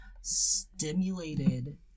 stimulated